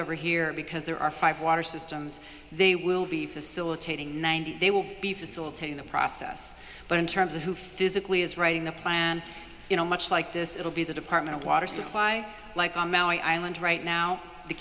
over here because there are five water systems they will be facilitating ninety they will be facilitating the process but in terms of who physically is right in the plan you know much like this it will be the department of water supply like on maui island right now the